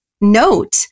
note